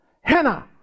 henna